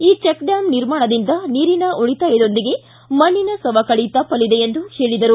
ಈ check dam ನಿರ್ಮಾಣದಿಂದ ನೀರಿನ ಉಳಿತಾಯದೊಂದಿಗೆ ಮಣ್ಣಿನ ಸವಕಳಿ ತಪ್ಪಲಿದೆ ಎಂದು ಹೇಳಿದರು